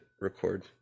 record